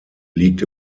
liegt